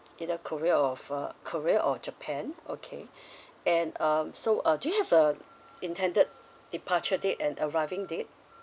either korea of uh korea or japan okay and um so uh do you have a intended departure date and arriving date